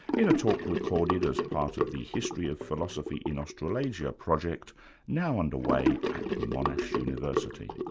in a talk recorded as part of the history of philosophy in australasia project now under way at monash university.